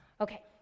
Okay